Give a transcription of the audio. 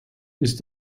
ist